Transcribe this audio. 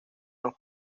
los